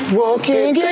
walking